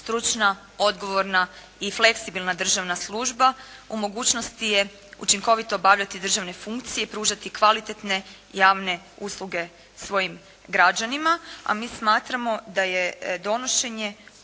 stručna, odgovorna i fleksibilna državna služba u mogućnosti je učinkovito obavljati državne funkcije i pružati kvalitetne javne usluge svojim građanima, a mi smatramo da je donošenje